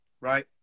right